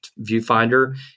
viewfinder